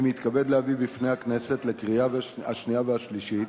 אני מתכבד להביא בפני הכנסת לקריאה שנייה ושלישית